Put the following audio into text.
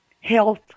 health